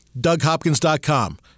DougHopkins.com